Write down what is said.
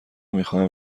میخواهم